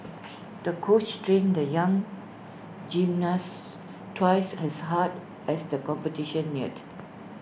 the coach trained the young gymnast twice as hard as the competition neared